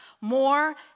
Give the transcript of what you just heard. more